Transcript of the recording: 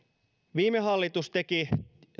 viime hallitus teki